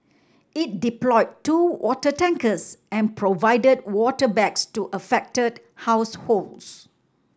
it deployed two water tankers and provided water bags to affected households